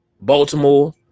Baltimore